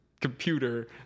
computer